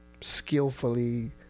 skillfully